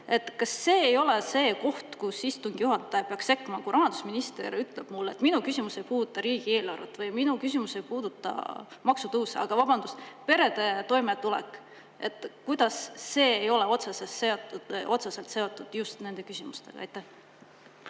Kas see ei ole see koht, kus istungi juhataja peaks sekkuma, kui rahandusminister ütleb mulle, et minu küsimus ei puuduta riigieelarvet või minu küsimus ei puuduta maksutõuse? Vabandust, kuidas perede toimetulek ei ole seotud just nende küsimustega?! Aitäh!